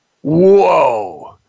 Whoa